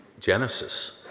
Genesis